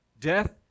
Death